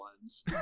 ones